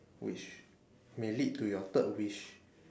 which may lead to your third wish